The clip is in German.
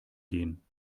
gehen